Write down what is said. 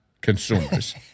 consumers